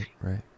Right